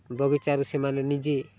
ବଗିଚାରୁ ସେମାନେ ନିଜେ